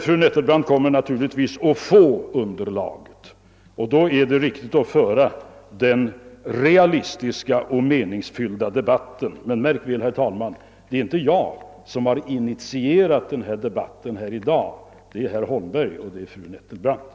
Fru Nettelbrandt kommer naturligtvis att få underlaget, och då är det riktigt att föra den realistiska och meningsfyllda debatten. Märk väl, herr talman, det är inte jag som har initierat debatten här i dag, utan det är herr Holmberg och fru Nettelbrandt.